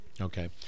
Okay